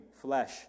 flesh